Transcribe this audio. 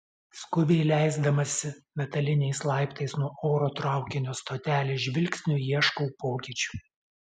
skubiai leisdamasi metaliniais laiptais nuo oro traukinio stotelės žvilgsniu ieškau pokyčių